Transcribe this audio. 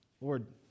Lord